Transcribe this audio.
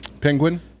Penguin